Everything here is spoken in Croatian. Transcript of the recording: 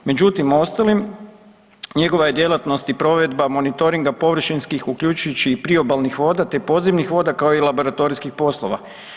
Međutim, u ostalim, njegova je djelatnost i provedba monitoringa površinskih uključujući i priobalnih voda, te podzemnih voda, kao i laboratorijskih poslova.